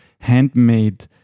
handmade